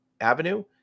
avenue